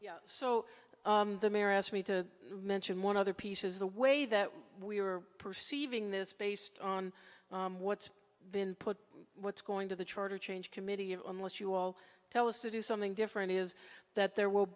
so the mayor asked me to mention one other piece is the way that we were perceiving this based on what's been put what's going to the charter change committee of unless you all tell us to do something different is that there will